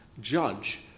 judge